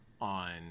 on